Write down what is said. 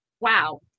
wow